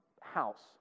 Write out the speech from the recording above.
house